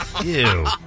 Ew